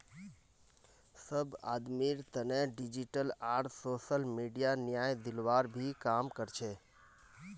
सब आदमीर तने डिजिटल आर सोसल मीडिया न्याय दिलवार भी काम कर छे